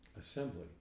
assembly